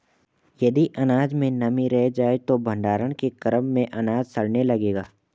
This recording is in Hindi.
यदि अनाज में नमी रह जाए तो भण्डारण के क्रम में अनाज सड़ने लगेगा